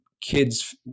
kids